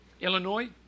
Illinois